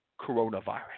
coronavirus